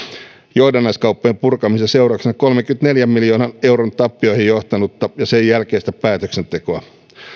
johdannaiskauppojen purkamisen seurauksena kolmenkymmenenneljän miljoonan euron tappioihin johtanutta ja sen jälkeistä päätöksentekoa